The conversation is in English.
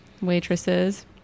waitresses